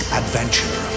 adventure